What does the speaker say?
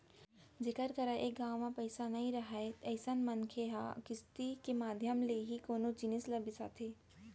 जेखर करा एक घांव म पइसा नइ राहय अइसन मनखे मन ह किस्ती के माधियम ले ही कोनो जिनिस ल बिसाथे